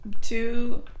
two